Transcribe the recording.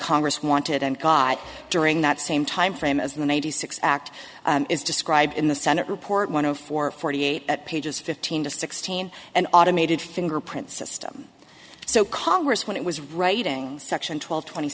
congress wanted and god during that same timeframe as the ninety six act is described in the senate report one of four forty eight pages fifteen to sixteen and automated fingerprint system so congress when it was writing section twelve twenty